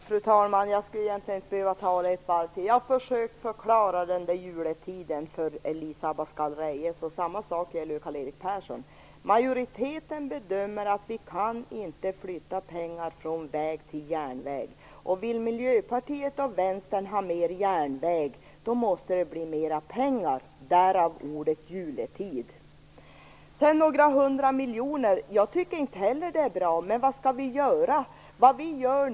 Fru talman! Jag skulle egentligen inte behöva ta det ett varv till. Jag har försökt förklara den där juletiden för Elisa Abascal Reyes, och samma sak gäller för Karl-Erik Persson. Majoriteten bedömer att vi inte kan flytta pengar från väg till järnväg. Vill Miljöpartiet och Vänstern har mer järnväg måste det bli mera pengar. Därav ordet juletid. Jag tycker inte heller att "några hundra miljoner" är bra, men vad skall vi göra?